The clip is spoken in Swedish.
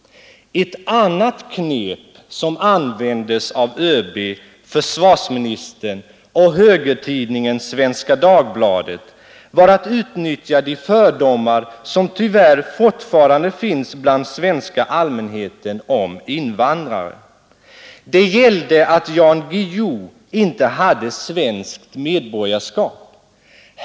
Ett annat knep som användes av ÖB, försvarsministern och högertidningen Svenska Dagbladet var att utnyttja de fördomar som tyvärr fortfarande finns bland svenska allmänheten om invandrare. Det gällde att Jan Guillou inte hade svenskt medborgarskap.